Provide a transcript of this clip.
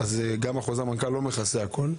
חוזר המנכ"ל גם לא מכסה הכול.